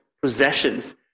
possessions